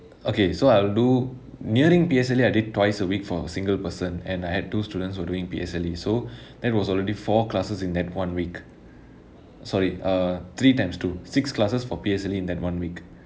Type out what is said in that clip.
okay so I'll do nearing P_S_L_E I did twice a week for single person and I had two students who are doing P_S_L_E so that was already four classes in that one week sorry uh three times two six classes for P_S_L_E in that one week